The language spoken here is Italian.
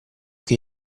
che